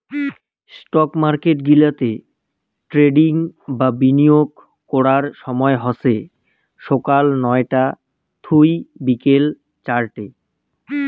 stock market গিলাতে trading বা বিনিয়োগ করার সময় হসে সকাল নয়তা থুই বিকেল চারতে